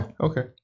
Okay